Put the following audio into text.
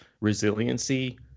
resiliency